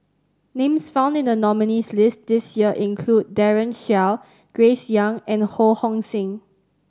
names found in the nominees' list this year include Daren Shiau Grace Young and Ho Hong Sing